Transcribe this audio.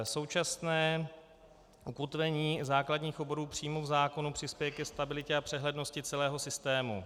Současné ukotvení základních oborů přímo v zákoně přispěje ke stabilitě a přehlednosti celého systému.